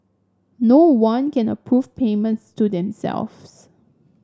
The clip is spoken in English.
no one can approve payments to themselves